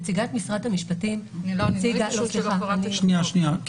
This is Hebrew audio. נציגת משרד המשפטים הציגה --- לא --- אני רק